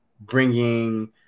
bringing